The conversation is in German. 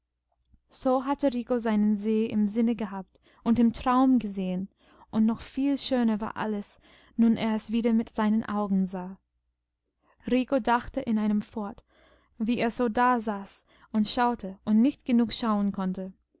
so hatte rico seinen see im sinne gehabt und im traum gesehen und noch viel schöner war alles nun er es wieder mit seinen augen sah rico dachte in einem fort wie er so dasaß und schaute und nicht genug schauen konnte